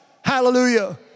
Hallelujah